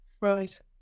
right